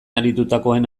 aritutakoen